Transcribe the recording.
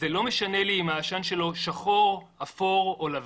זה לא משנה לי אם העשן שלו שחור, אפור או לבן.